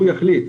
הוא יחליט,